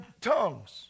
tongues